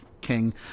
king